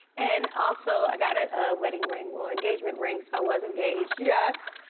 and also i got a wedding ring, well engagement ring so i was engaged. yes,